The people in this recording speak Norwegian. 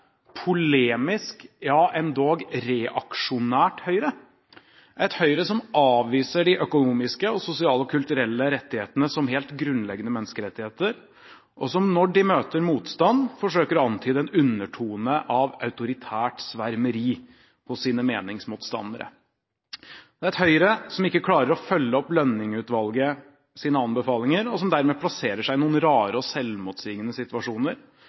polemisk, ja, endog reaksjonært Høyre. Det er et Høyre som avviser de økonomiske og sosiale og kulturelle rettighetene som helt grunnleggende menneskerettigheter, og som når de møter motstand, forsøker å antyde en undertone av autoritært svermeri hos sine meningsmotstandere. Det er et Høyre som ikke klarer å følge opp Lønning-utvalgets anbefalinger, og som dermed plasserer seg i noen rare og selvmotsigende situasjoner.